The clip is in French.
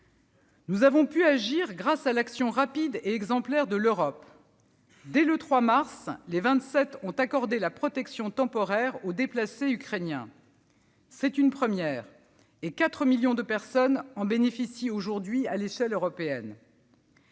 Nous avons pu agir grâce à l'action rapide et exemplaire de l'Europe. Dès le 3 mars, les Vingt-Sept ont accordé la protection temporaire aux déplacés ukrainiens. C'est une première. Quelque 4 millions de personnes en bénéficient aujourd'hui à l'échelle européenne.